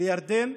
לירדן,